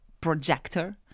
projector